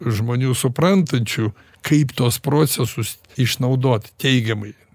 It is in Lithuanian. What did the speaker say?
žmonių suprantančių kaip tuos procesus išnaudot teigiamai